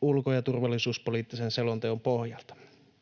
ulko- ja turvallisuuspoliittisen selonteon pohjalta.